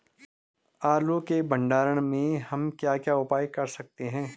आलू के भंडारण में हम क्या क्या उपाय कर सकते हैं?